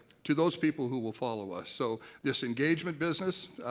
to those people who will follow us. so this engagement business,